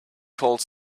called